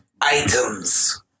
items